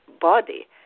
body